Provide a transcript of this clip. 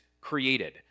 created